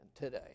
today